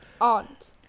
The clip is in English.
Aunt